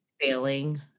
failing